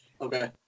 okay